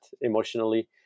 emotionally